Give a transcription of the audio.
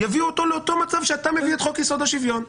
לאותו מצב שאתה מביא את חוק-יסוד: השוויון.